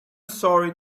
sorry